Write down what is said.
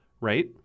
right